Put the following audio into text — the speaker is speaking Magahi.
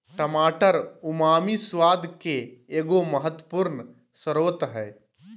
टमाटर उमामी स्वाद के एगो महत्वपूर्ण स्रोत हइ